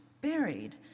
Buried